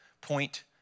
point